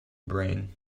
brain